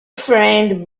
friend